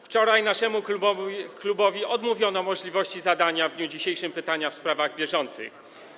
Wczoraj naszemu klubowi odmówiono możliwości zadania w dniu dzisiejszym pytania w sprawach bieżących.